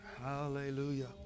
Hallelujah